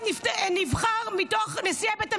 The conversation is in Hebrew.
אני אומרת לך תמיד.